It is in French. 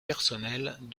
personnels